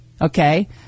okay